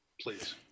please